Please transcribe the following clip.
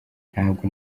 ntabwo